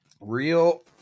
real